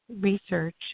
research